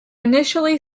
initially